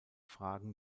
fragen